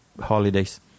holidays